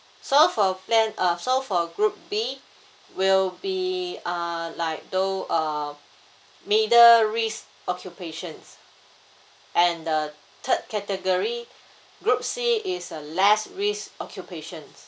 so for plan uh so for group B will be uh like tho~ uh middle risk occupations and the third category group C is a less risk occupations